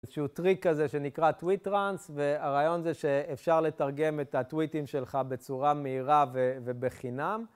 איזשהו טריק כזה שנקרא טוויט טרנס, והרעיון זה שאפשר לתרגם את הטוויטים שלך בצורה מהירה ובחינם.